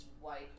white